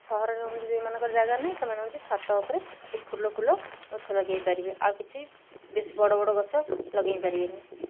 ସହରରେ ହେଉଛି ଯେଉଁମାନଙ୍କର ଜାଗା ନାହିଁ ସେମାନେ ହେଉଛି ଛାତ ଉପରେ କି ଫୁଲ ଫୁଲ ଗଛ ଲଗେଇ ପାରିବେ ଆଉ କିଛି ବେଶୀ ବଡ଼ ବଡ଼ ଗଛ ଲଗେଇ ପାରିବେନି